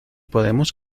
podemos